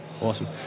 awesome